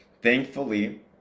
Thankfully